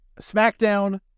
SmackDown